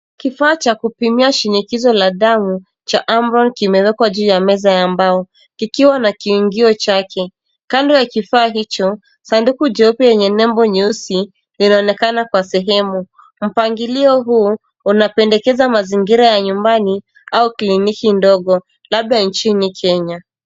Kifaa cha kupimia shinikizo la damu cha amref kimewekwa juu ya meza ya mbao kikiwa na kiingio chake. Kando ya kifaa hicho, sanduku nyeupe yenye nembo nyeusi linaonekana kwa sehemu. Mpangilio huu unapendekeza mazingira ya nyumbani au kliniki ndogo labda nchini Kenya.